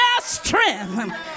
strength